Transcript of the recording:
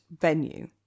venue